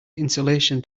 insulation